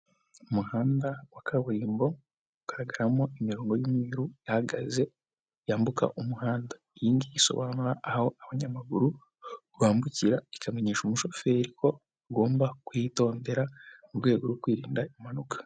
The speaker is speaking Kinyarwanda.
Umuhanda wa kaburimbo ugaragaramo imirongo y'imyeru ihagaze yambuka umuhanda, iyi ngiyi isobanura aho abanyamaguru bambukira ikamenyesha umushoferi ko agomba kuhitondera mu rwego rwo kwirinda impanuka.